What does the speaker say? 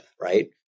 right